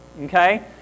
Okay